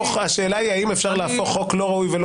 השאלה היא אפשר להפוך חוק לא ראוי ולא